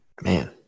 Man